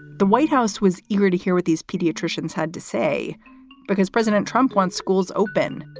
the white house was eager to hear what these pediatricians had to say because president trump wants schools open.